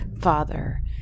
Father